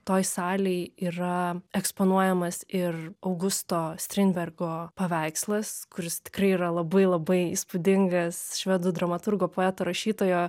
toj salėje yra eksponuojamas ir augusto strindbergo paveikslas kuris tikrai yra labai labai įspūdingas švedų dramaturgo poeto rašytojo